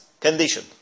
condition